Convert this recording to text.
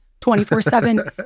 24-7